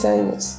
años